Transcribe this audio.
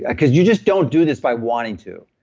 because you just don't do this by wanting to.